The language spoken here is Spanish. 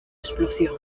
explosión